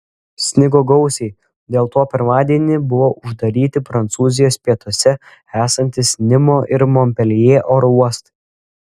snigo gausiai dėl to pirmadienį buvo uždaryti prancūzijos pietuose esantys nimo ir monpeljė oro uostai